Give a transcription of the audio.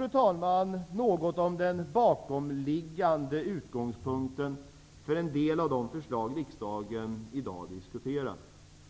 Detta var något om den bakomliggande utgångspunkten för en del av de förslag som riksdagen diskuterar i dag.